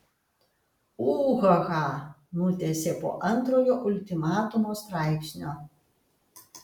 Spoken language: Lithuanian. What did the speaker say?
ūhaha nutęsė po antrojo ultimatumo straipsnio